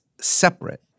separate